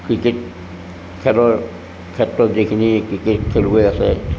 cricket খেলৰ ক্ষেত্ৰত যিখিনি ক্ৰিকেট খেলুৱৈ আছে